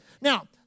Now